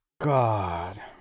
God